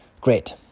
great